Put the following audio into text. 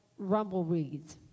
rumbleweeds